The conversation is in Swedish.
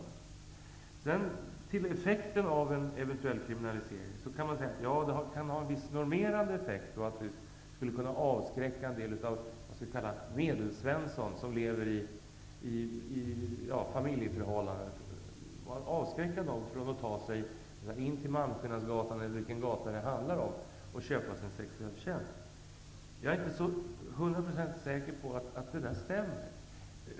När det gäller effekten av en eventuell kriminalisering kan man säga att den kan ha en viss normerande effekt och skulle kunna avskräcka en s.k. Medelsvensson, som lever i ett familjeförhållande, från att ta sig in till Malmskillnadsgatan och köpa sig en sexuell tjänst. Jag är inte hundraprocentigt säker på att det där stämmer.